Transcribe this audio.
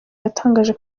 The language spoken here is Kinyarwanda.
yatangaje